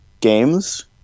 games